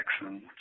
Jackson